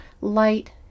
light